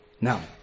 Now